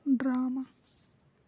drama